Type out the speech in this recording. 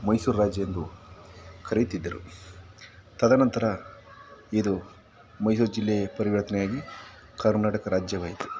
ಮೈಸೂರು ರಾಜ್ಯ ಎಂದು ಕರೆಯುತ್ತಿದ್ದರು ತದನಂತರ ಇದು ಮೈಸೂರು ಜಿಲ್ಲೆ ಪರಿವರ್ತನೆಯಾಗಿ ಕರ್ನಾಟಕ ರಾಜ್ಯವಾಯಿತು